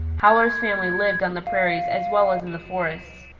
howler's family lived on the prairies as well as in the forests,